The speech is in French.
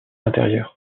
intérieure